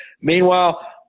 Meanwhile